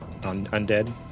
undead